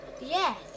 Yes